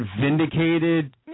vindicated